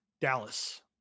Dallas